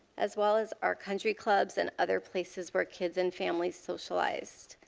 as well as our country clubs and other places where kids and families socialize.